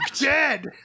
dead